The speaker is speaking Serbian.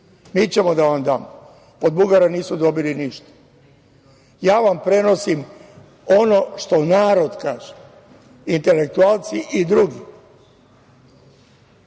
mi ćemo da vam damo. Od Bugara nisu dobili ništa. Prenosim vam ono što narod kaže, intelektualci i drugi. Dakle,